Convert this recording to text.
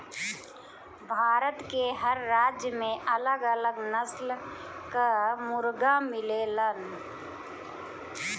भारत के हर राज्य में अलग अलग नस्ल कअ मुर्गा मिलेलन